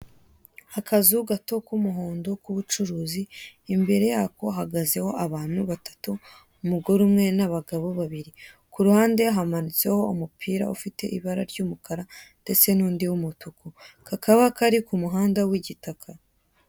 Akazu gato k'umuhondo k'ubucuruzi, imbere yako hahagazeho abantu batatu: umugore umwe n'abagabo babiri; ku ruhande hamanitseho umupira ufite ibara ry'umukara, ndetse n'undi w'umutuku kakaba kari ku muhanda w'igitaka.